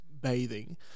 bathing